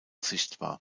sichtbar